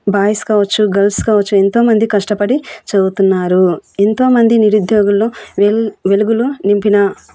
boys కావచ్చు girls కావచ్చు ఎంతోమంది కష్టపడి చదువుతున్నారు ఎంతోమంది నిరుద్యోగుల్లో వెలు వెలుగులు నింపిన